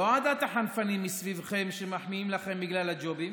לא עדת החנפנים מסביבכם שמחמיאים לכם בגלל הג'ובים